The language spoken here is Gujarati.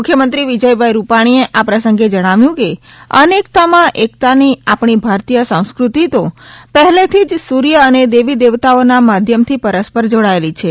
મુખ્યમંત્રી વિજયભાઈ રૂપાણીએ આ પ્રસંગે જણાવ્યુ કે અનેકતામાં એકતાની આપણી ભારતીય સંસ્કૃતિ તો પહેલેથી જ સૂર્ય તથા દેવી દેવતાઓના માધ્યમથી પરસ્પર જોડાયેલી છે